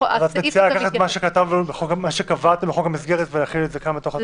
אז את מציעה לקחת את מה שקבעתם בחוק המסגרת ולהחיל את זה פה?